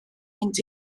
mynd